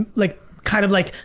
like kind of like,